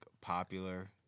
popular